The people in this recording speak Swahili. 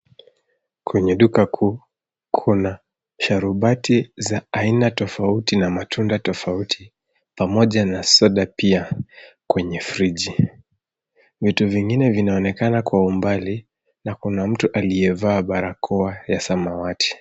Kwenye duka kuu, kuna sharubati za aina tofauti, na matunda tofauti, pamoja na soda pia, kwenye friji. Vitu vingine vinaonekana kwa umbali, na kuna mtu aliyevaa barakoa ya samawati.